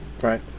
right